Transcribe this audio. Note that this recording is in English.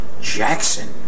Jackson